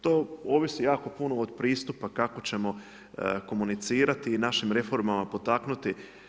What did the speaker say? To ovisi jako puno od pristupa kako ćemo komunicirati i našim reformama potaknuti.